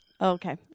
Okay